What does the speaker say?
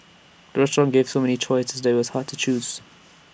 the restaurant gave so many choices that IT was hard to choose